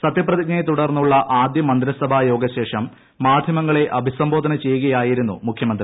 സത്യപ്രതിജ്ഞയെ തുടർന്നുള്ള ആദ്യ മന്ത്രിസഭായോഗ ശ്രേഷ്ടം മാധ്യമങ്ങളെ അഭിസംബോധന ചെയ്യുകയായിരുന്നു മൂഖ്യമീന്തി